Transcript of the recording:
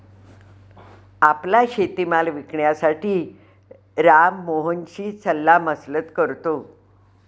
आपला शेतीमाल विकण्यासाठी राम मोहनशी सल्लामसलत करतो